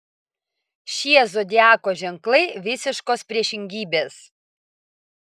šie zodiako ženklai visiškos priešingybės